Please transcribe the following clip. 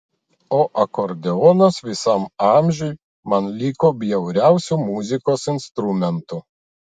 o akordeonas visam amžiui man liko bjauriausiu muzikos instrumentu